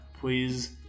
please